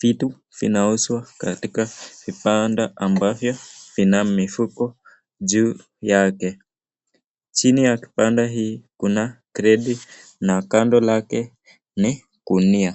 Vitu vinauzwa katika vibanda ambavyo vina mifuko juu yake. Chini ya kibanda hii kuna kreti na kando lake ni gunia.